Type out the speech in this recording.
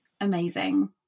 Amazing